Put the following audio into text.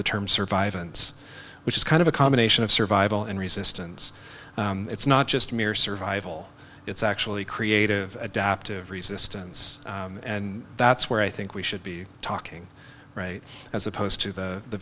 the term survive and which is kind of a combination of survival and resistance it's not just mere survival it's actually creative adaptive resistance and that's where i think we should be talking right as opposed to the